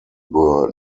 were